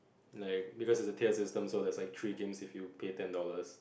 like because it's a tier system so it's like three games if you pay ten dollars